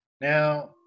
Now